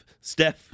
Steph